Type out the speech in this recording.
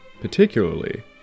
particularly